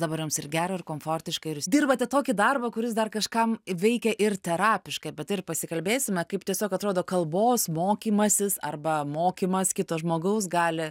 dabar jums ir gera ir komfortiška ir jūs dirbate tokį darbą kuris dar kažkam veikia ir terapiškai apie tai ir pasikalbėsime kaip tiesiog atrodo kalbos mokymasis arba mokymas kito žmogaus galia